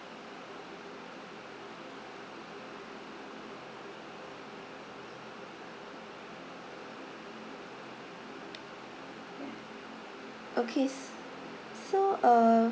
ya okay s~ so uh